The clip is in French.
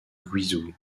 guizhou